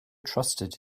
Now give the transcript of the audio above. trusted